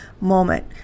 moment